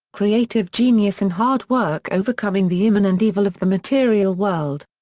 creative genius and hard work overcoming the immanent evil of the material world.